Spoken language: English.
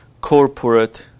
corporate